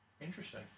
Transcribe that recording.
interesting